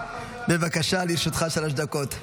בבקשה, לרשותך שלוש דקות.